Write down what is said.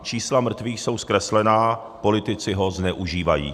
Čísla mrtvých jsou zkreslená, politici ho zneužívají.